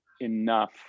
enough